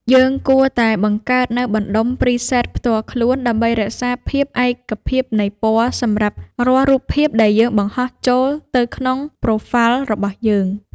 យើងគួរតែបង្កើតនូវបណ្តុំ ព្រីសេត ផ្ទាល់ខ្លួនដើម្បីរក្សាភាពឯកភាពនៃពណ៌សម្រាប់រាល់រូបភាពដែលយើងបង្ហោះចូលទៅក្នុង ប្រូហ្វាល់ របស់យើង។